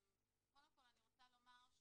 קודם כל אני רוצה לומר,